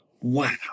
Wow